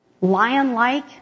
lion-like